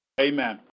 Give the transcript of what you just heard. Amen